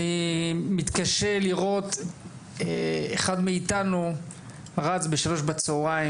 אני מתקשה לראות אחד מאתנו רץ ב-15:00 בצהריים